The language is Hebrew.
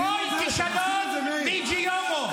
כל כישלון ביג'י יומו.